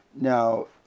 Now